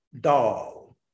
doll